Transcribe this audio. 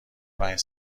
پنج